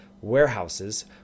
warehouses